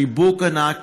חיבוק ענק.